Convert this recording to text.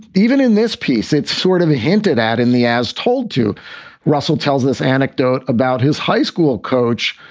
even in this piece, it's sort of hinted at in the as told to russell tells us anecdote about his high school coach,